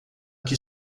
que